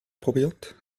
probiert